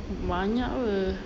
banyak [pe]